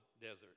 desert